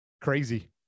Crazy